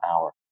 hour